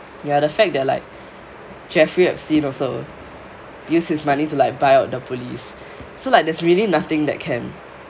ya the fact that like jeffrey epstein also used his money to like buy out the police so like there's really nothing that can